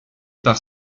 par